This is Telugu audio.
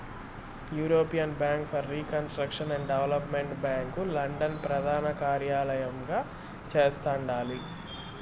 European bank for reconstruction and development bank London ప్రదానకార్యలయంగా చేస్తండాలి